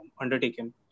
undertaken